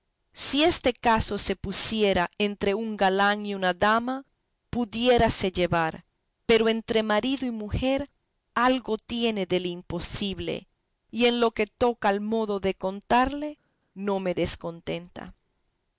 si este caso se pusiera entre un galán y una dama pudiérase llevar pero entre marido y mujer algo tiene del imposible y en lo que toca al modo de contarle no me descontenta